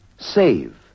Save